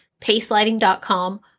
pacelighting.com